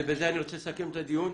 ובזה אני רוצה לסכם את הדיון.